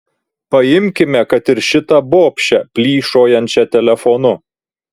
paimkime kad ir šitą bobšę plyšojančią telefonu